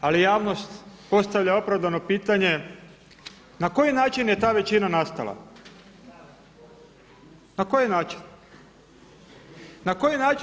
Ali javnost postavlja opravdano pitanje na koji način je ta većina nastala, na koji način?